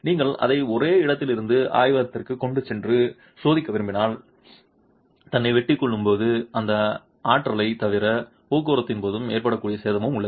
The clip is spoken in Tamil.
நீங்கள் அதை ஒரு இடத்திலிருந்து ஆய்வகத்திற்கு கொண்டு சென்று சோதிக்க விரும்பினால் தன்னை வெட்டிக் கொள்ளும் போது அந்த ஆற்றலைத் தவிர போக்குவரத்தின் போது ஏற்படக்கூடிய சேதமும் உள்ளது